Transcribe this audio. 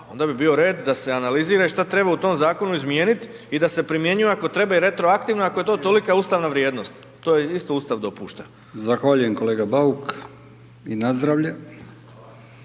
onda bi bio red da se analizira i što treba u tom Zakonu izmijenit, i da se primjenjuje ako treba i retroaktivno, ako je to toliko ustavna vrijednost. To je, isto Ustav dopušta. **Brkić, Milijan (HDZ)** Zahvaljujem kolega Bauk. I nazdravlje.